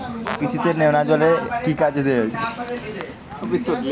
কৃষি তে নেমাজল এফ কি কাজে দেয়?